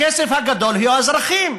הכסף הגדול זה האזרחים.